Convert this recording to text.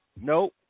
Nope